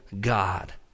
God